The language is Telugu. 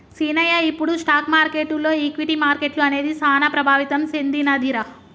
సీనయ్య ఇప్పుడు స్టాక్ మార్కెటులో ఈక్విటీ మార్కెట్లు అనేది సాన ప్రభావితం సెందినదిరా